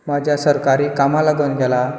म्हाज्या सरकारी कामा लागून गेला